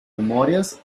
memorias